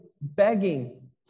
begging